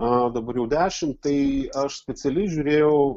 a dabar jau dešimt tai aš specialiai žiūrėjau